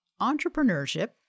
Entrepreneurship